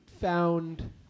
found